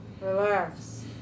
Relax